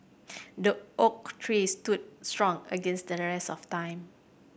the oak tree stood strong against the test of time